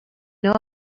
know